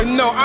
no